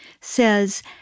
says